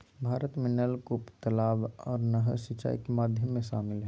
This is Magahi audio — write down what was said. भारत में नलकूप, तलाब आर नहर सिंचाई के माध्यम में शामिल हय